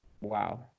Wow